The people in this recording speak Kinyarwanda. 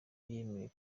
yemeye